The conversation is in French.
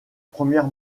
première